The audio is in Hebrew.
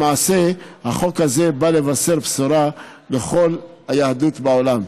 למעשה, החוק הזה בא לבשר בשורה לכל היהדות בעולם.